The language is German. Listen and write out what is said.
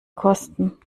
kosten